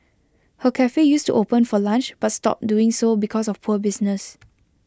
her Cafe used to open for lunch but stopped doing so because of poor business